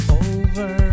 over